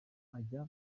ajya